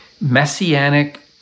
messianic